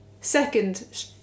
second